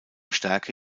stärke